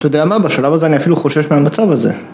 אתה יודע מה? בשלב הזה אני אפילו חושש מהמצב הזה